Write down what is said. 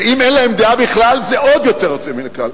ואם אין להן דעה בכלל, זה עוד יותר יוצא מן הכלל.